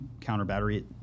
counter-battery